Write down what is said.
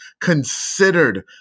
considered